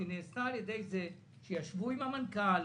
היא נעשתה על ידי זה שישבו עם המנכ"ל,